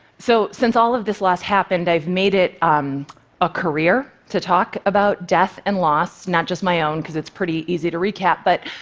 so, since all of this loss happened, i've made it um a career to talk about death and loss, not just my own, because it's pretty easy to recap, but